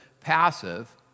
passive